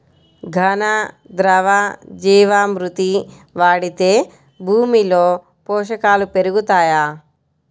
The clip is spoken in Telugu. ఘన, ద్రవ జీవా మృతి వాడితే భూమిలో పోషకాలు పెరుగుతాయా?